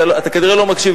אתה כנראה לא מקשיב.